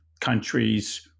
countries